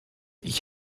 ich